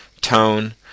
Tone